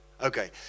Okay